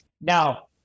Now